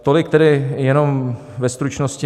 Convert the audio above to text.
Tolik tedy jenom ve stručnosti.